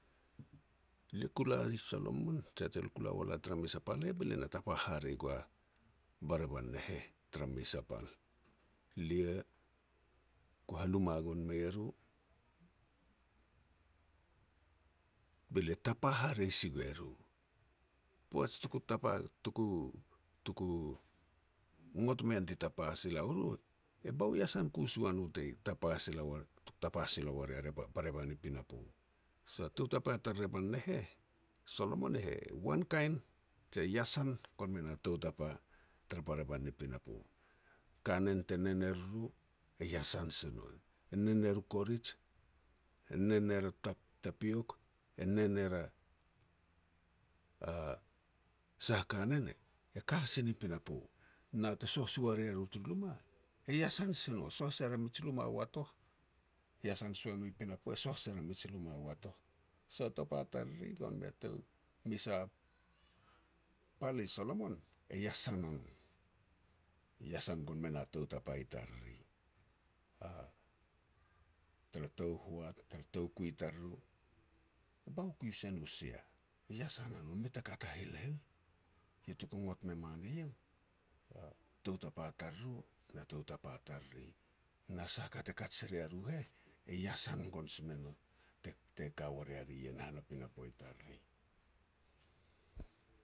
Lia ku la i Solomon, je tuku la uan tara mes a pal, be lia na tapa hare gua barevan ne heh tara mes a pal. Lia ku haluma gon mei e ru, be lia tapa hare si gue ru. Poaj tuku tapa tuku-tuku, ngot mean ti tapa sila u ru e bao iasan ku si ua no te tapa sila uar-te tapa sila ua ria barevan i pinapo. So, tou tapa tar revan ne heh, Solomon e wankain, je iasan gon me na tou tapa tara barevan ni pinapo. Kanen te nen e ri ru e iasan si no, e nen er u korij, e nen er u tap-tapiok, e nen er a sah a kanen te ka si na i pinapo. Na te soh si ua ria ru turu luma, e iasan si no. Soh ser a mij luma watoh, iasan si ua no i pinapo, e soh ser a mij luma watoh. So, tapa tariri gon mei a tou mes a pal i Solomon, e iasan a no, e iasan gon me na tou tapa i tariri. Tara tou hoat, tara toukui tariru, bao ku se nu sia, iasan a no mei ta ka ta helhel. Eiau tuku ngot me man iau, tou tapa tariru, na tou tapa tariri, na sah a ka te kaj ria ru heh, e iasan gon si me no te-te ka ua ria ri ien han a pinapo i tariri.